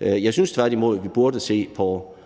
Jeg synes tværtimod, at vi burde se på